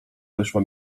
wyszła